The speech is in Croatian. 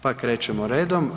Pa krećemo redom.